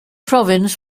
province